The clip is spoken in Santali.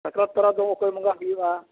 ᱥᱟᱠᱨᱟᱛ ᱛᱚᱨᱟ ᱫᱚ ᱚᱠᱚᱭ ᱵᱚᱸᱜᱟ ᱦᱩᱭᱩᱜᱼᱟ